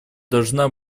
должна